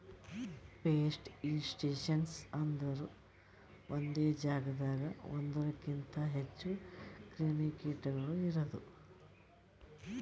pest infestations ಅಂದುರ್ ಒಂದೆ ಜಾಗದಾಗ್ ಒಂದೂರುಕಿಂತ್ ಹೆಚ್ಚ ಕ್ರಿಮಿ ಕೀಟಗೊಳ್ ಇರದು